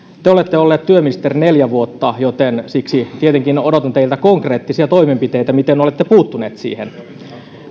te olette ollut työministeri neljä vuotta joten siksi tietenkin odotin teiltä konkreettisia toimenpiteitä miten olette puuttunut siihen